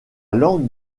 langue